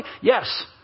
Yes